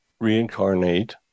reincarnate